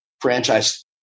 franchise